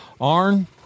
Arn